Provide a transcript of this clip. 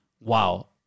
wow